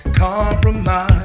compromise